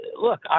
Look